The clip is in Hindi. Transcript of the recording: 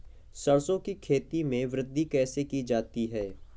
सरसो की खेती में वृद्धि कैसे की जाती है?